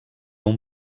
una